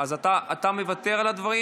אתה מוותר על הדברים?